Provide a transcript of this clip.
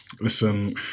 Listen